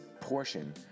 portion